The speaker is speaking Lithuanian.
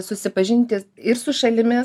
susipažinti ir su šalimis